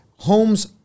homes